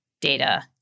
data